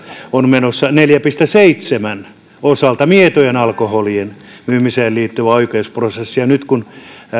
on menossa neljän pilkku seitsemän osalta mietojen alkoholien myymiseen liittyvä oikeusprosessi nyt kun